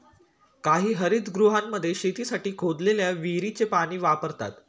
काही हरितगृहांमध्ये शेतीसाठी खोदलेल्या विहिरीचे पाणी वापरतात